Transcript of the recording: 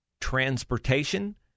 transportation